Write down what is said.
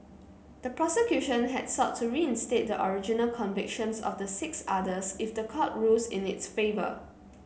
the prosecution had sought to reinstate the original convictions of the six others if the court rules in its favour